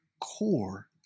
core